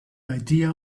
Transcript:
idea